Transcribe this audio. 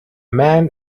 man